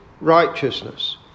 righteousness